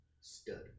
stud